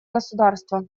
государства